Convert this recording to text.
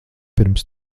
pirms